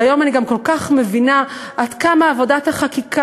והיום אני גם כל כך מבינה עד כמה עבודת החקיקה